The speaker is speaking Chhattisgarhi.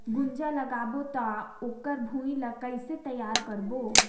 गुनजा लगाबो ता ओकर भुईं ला कइसे तियार करबो?